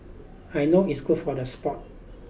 I know it's good for the sport